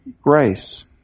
grace